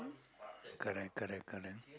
correct correct correct